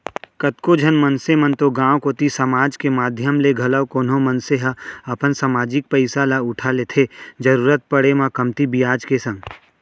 कतको झन मनसे मन तो गांव कोती समाज के माधियम ले घलौ कोनो मनसे ह अपन समाजिक पइसा ल उठा लेथे जरुरत पड़े म कमती बियाज के संग